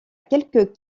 quelques